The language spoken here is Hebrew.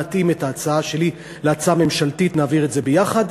נתאים את ההצעה שלי להצעה הממשלתית ונעביר את זה יחד,